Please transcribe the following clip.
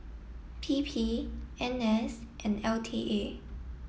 P P N S and L T A